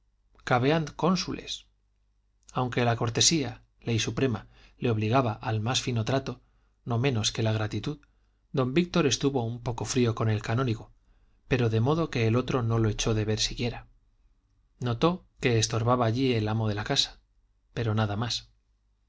paraguay caveant consules aunque la cortesía ley suprema le obligaba al más fino trato no menos que la gratitud don víctor estuvo un poco frío con el canónigo pero de modo que el otro no lo echó de ver siquiera notó que estorbaba allí el amo de la casa pero nada más